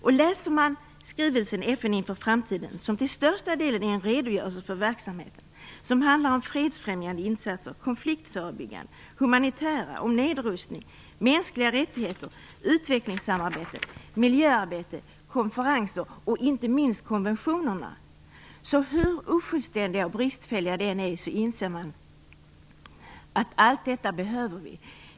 Om man läser skrivelsen FN inför framtiden, som till största delen är en redogörelse för verksamheten som handlar om fredsfrämjande insatser, konfliktförebyggande och humanitära, om nedrustning, mänskliga rättigheter, utvecklingssamarbete, miljöarbete, konferenser och inte minst konventioner, så inser man att hur ofullständigt och bristfälligt det än är så behövs allt detta.